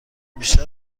بیشتر